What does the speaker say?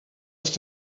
ist